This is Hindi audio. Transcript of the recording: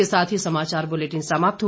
इसी के साथ ये समाचार बुलेटिन समाप्त हुआ